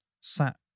sat